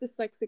Dyslexic